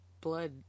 blood